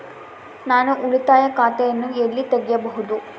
ನಾನು ಉಳಿತಾಯ ಖಾತೆಯನ್ನು ಎಲ್ಲಿ ತೆರೆಯಬಹುದು?